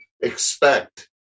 expect